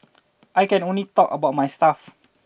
I can only talk about my stuff